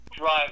drive